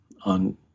on